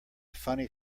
funny